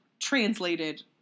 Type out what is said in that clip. translated